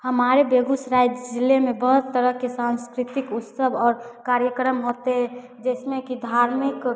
हमारे बेगूसराय ज़िले में बहुत तरह के साँस्कृतिक उत्सव और कार्यक्रम होते जिसमें कि धार्मिक